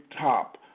top